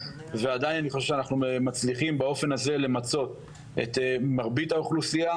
ועדיין אני חושב שאנחנו מצליחים באופן הזה למצות את מרבית האוכלוסייה.